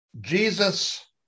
Jesus